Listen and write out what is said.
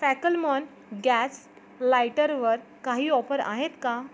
Fackelmann gas लाइटरवर काही offer आहेत का